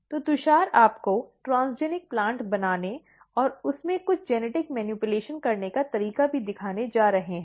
तो तुषार आपको transgenic plant बनाने और उसमें कुछ जेनेटिक मनिप्यलैशन करने का तरीका भी दिखाने जा रहे हैं